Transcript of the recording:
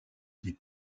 des